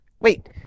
wait